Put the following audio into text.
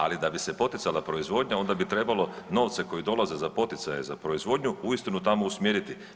Ali da bi se poticala proizvodnja onda bi trebalo novce koji dolaze za poticaje za proizvodnju uistinu tamo usmjeriti.